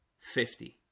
fifty